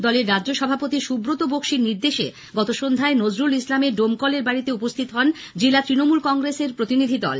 দলের রাজ্য সভাপতি সুব্রত বক্সির নির্দেশে গতসন্ধ্যায় নজরুল ইসলামের ডোমকলের বাড়িতে উপস্থিত হন জেলা তৃণমূল কংগ্রেসের এক প্রতিনিধি দল